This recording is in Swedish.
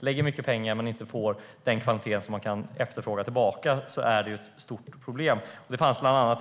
Lägger man mycket pengar utan att få den kvalitet man efterfrågar är det ett stort problem.